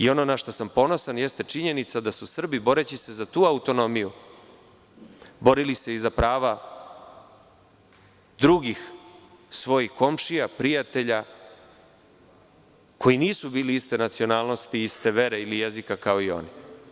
Ono našta sam ponosan jeste činjenica da su Srbi, boreći se za tu autonomiju, borili se i za prava drugih svojih komšija, prijatelja, koji nisu bili iste nacionalnosti, iste vere ili jezika kao i oni.